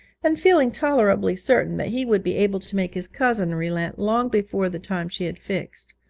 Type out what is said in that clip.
and feeling tolerably certain that he would be able to make his cousin relent long before the time she had fixed,